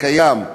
הקיים,